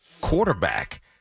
quarterback